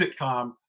sitcom